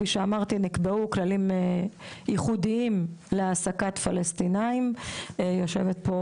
נקבעו כללים ייחודים להעסקת פלשתינאים, יושבת פה